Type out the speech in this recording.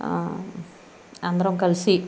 అందరం కలిసి